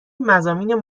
مضامین